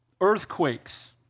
earthquakes